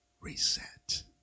Reset